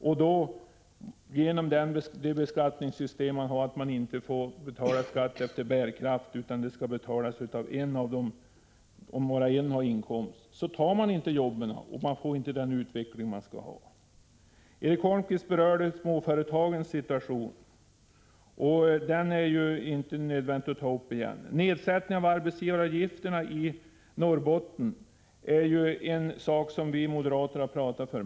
Eftersom det beskattningssystem vi har innebär att man inte får betala skatt efter bärkraft när bara en i familjen har inkomst, tar man inte jobbet, och verksamheten får inte den utveckling den borde ha. Erik Holmkvist berörde småföretagens situation. Det är inte nödvändigt att ta upp den frågan igen. Nedsättning av arbetsgivaravgifterna i Norrbotten är någonting som vi moderater har talat för.